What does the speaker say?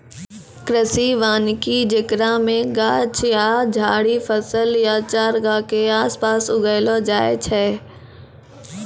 कृषि वानिकी जेकरा मे गाछ या झाड़ि फसल या चारगाह के आसपास उगैलो जाय छै